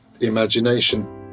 imagination